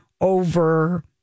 over